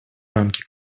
рамки